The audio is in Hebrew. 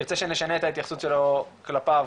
שירצה שנשנה את ההתייחסות שלו כלפיו,